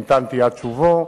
המתנתי עד שובו,